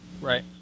Right